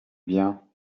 bien